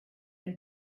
and